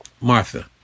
Martha